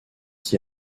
qui